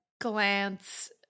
glance